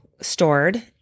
stored